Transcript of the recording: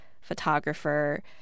photographer